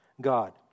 God